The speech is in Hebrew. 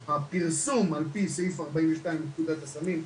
הפרסום על פי סעיף 42 לפקודת הסמים,